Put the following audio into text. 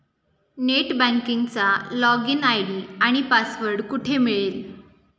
Net बँकिंगचा login ID आणि password कुठे मिळेल?